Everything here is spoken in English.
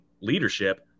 leadership